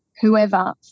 whoever